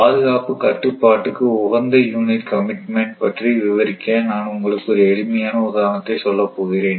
பாதுகாப்பு கட்டுப்பாட்டுக்கு உகந்த யூனிட் கமிட்மெண்ட் பற்றி விவரிக்க நான் உங்களுக்கு ஒரு எளிமையான உதாரணத்தை சொல்லப் போகிறேன்